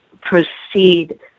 proceed